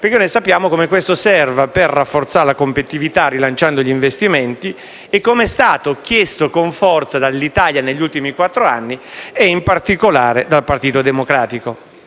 Noi sappiamo come questo serva a rafforzare la competitività, rilanciando gli investimenti e come sia stato chiesto con forza dall'Italia negli ultimi quattro anni, in particolare dal Partito Democratico.